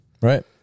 Right